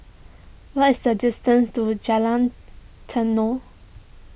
what is the distance to Jalan Tenon